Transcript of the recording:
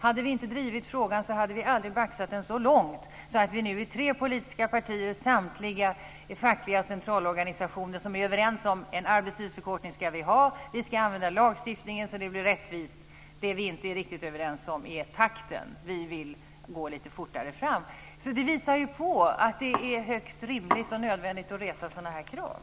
Hade vi inte drivit frågan hade vi aldrig baxat den så långt att vi nu i tre politiska partier och samtliga fackliga centralorganisationer är överens om att vi ska ha en arbetstidsförkortning. Vi ska använda lagstiftningen så att det blir rättvist. Det vi inte är riktigt överens om är takten. Vi vill gå lite fortare fram. Det visar att det är högst rimligt och nödvändigt att resa sådana här krav.